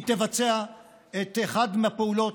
היא תבצע את אחת מהפעולות,